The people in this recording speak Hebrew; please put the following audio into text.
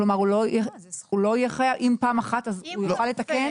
אם פעם אחת, הוא יוכל לתקן?